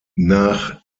nach